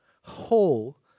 whole